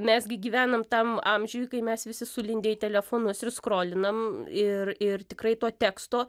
mes gi gyvenam tam amžiuj kai mes visi sulindę į telefonus ir skrolinam ir ir tikrai to teksto